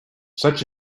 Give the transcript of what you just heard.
such